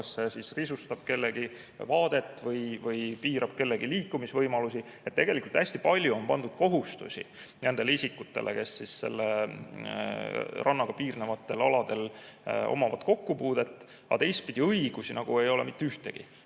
kas see risustab kellegi vaadet või piirab kellegi liikumisvõimalusi. Nii et tegelikult on hästi palju pandud kohustusi nendele isikutele, kellel on rannaga piirnevate aladega kokkupuude, aga teistpidi õigusi nagu ei ole neil mitte ühtegi.